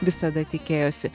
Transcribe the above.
visada tikėjosi